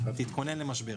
תתכונן למשבר.